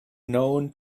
known